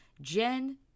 Jen